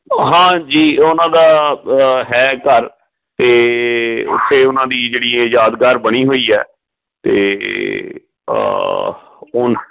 ਹਾਂਜੀ ਉਹਨਾਂ ਦਾ ਹੈ ਘਰ ਅਤੇ ਅਤੇ ਉਹਨਾਂ ਦੀ ਜਿਹੜੀ ਯਾਦਗਾਰ ਬਣੀ ਹੋਈ ਹੈ ਅਤੇ ਹੁਣ